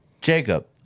Jacob